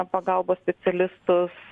pagalbos specialistus